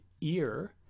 ear